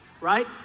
right